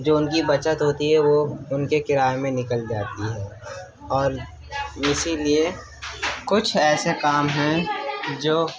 جو ان کی بچت ہوتی ہے وہ ان کرائے میں نکل جاتی ہے اور اسی لیے کچھ ایسے کام ہیں جو